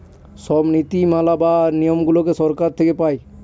সব নীতি মালা বা নিয়মগুলো সরকার থেকে পায়